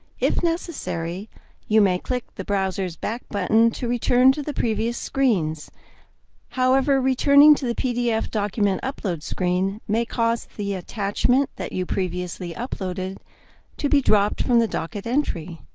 if necessary you may click the browser's back button to return to the previous screens however, returning to the pdf document upload screen may cause the attachment that you previously uploaded to be dropped from the docket entry.